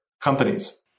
companies